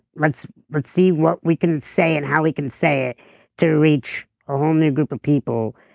let's let's see what we can say and how we can say it to reach a whole new group of people,